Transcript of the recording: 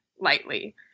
lightly